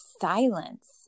silence